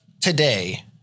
Today